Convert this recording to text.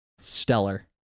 Stellar